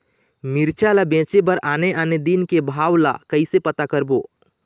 मिरचा ला बेचे बर आने आने दिन के भाव ला कइसे पता करबो?